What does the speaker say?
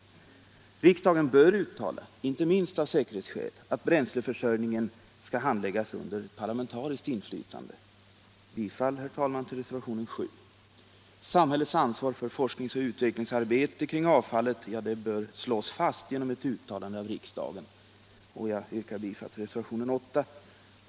Riksdagen bör uttala — inte minst av säkerhetsskäl — att bränsleförsörjningen skall handläggas under parlamentariskt inflytande. Bifall, herr talman, till reservationen 7. Samhällets ansvar för forskningsoch utvecklingsarbete kring avfallet bör slås fast genom ett uttalande av riksdagen, och jag yrkar bifall till reservationen 8.